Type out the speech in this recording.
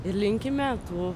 ir linkime tų